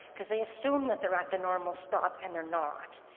because they assume that they're at the normal stop and they're not.